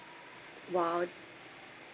!wah!